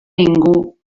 ningú